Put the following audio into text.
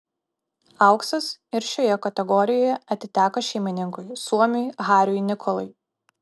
auksas ir šioje kategorijoje atiteko šeimininkui suomiui hariui nikolai